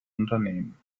unternehmen